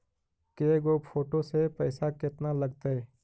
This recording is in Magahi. के गो फोटो औ पैसा केतना लगतै?